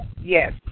Yes